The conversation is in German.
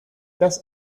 das